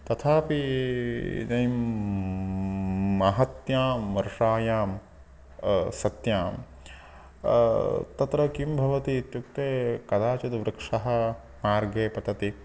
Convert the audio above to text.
तथापि इदानीं महत्यां वर्षायां सत्यां तत्र किं भवति इत्युक्ते कदाचित् वृक्षः मार्गे पतति